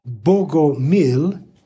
Bogomil